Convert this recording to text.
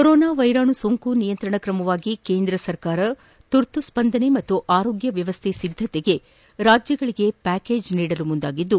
corona ವೈರಾಣು ಸೋಂಕು ನಿಯಂತ್ರಣ ಕ್ರಮವಾಗಿ ಕೇಂದ್ರ ಸರ್ಕಾರ ತುರ್ತು ಸ್ಪಂದನೆ ಹಾಗೂ ಆರೋಗ್ಯ ವ್ಯವಸ್ಥೆ ಸಿದ್ದತೆಗೆ ರಾಜ್ಯಗಳಿಗೆ ಪ್ಟಾಕೇಜ್ ನೀಡಲು ಮುಂದಾಗಿದ್ದು